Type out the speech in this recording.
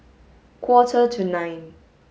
quarter to nine